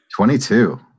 22